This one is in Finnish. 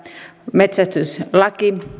metsästyslaki